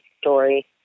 story